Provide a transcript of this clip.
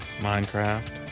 Minecraft